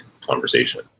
conversation